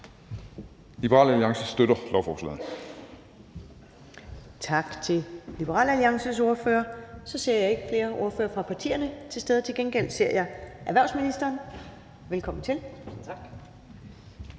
næstformand (Karen Ellemann): Tak til Liberal Alliances ordfører. Så ser jeg ikke flere ordførere fra partierne til stede, men til gengæld ser jeg erhvervsministeren. Velkommen til. Kl.